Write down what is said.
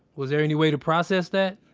was there any way to process that?